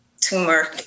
tumor